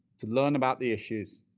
to learn about the issues,